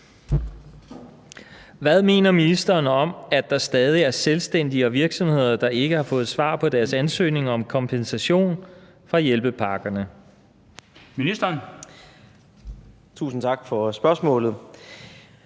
Hvad mener ministeren om at der stadig er selvstændige og virksomheder, der ikke har fået svar på deres ansøgning om kompensation fra hjælpepakkerne?